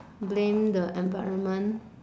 blame the environment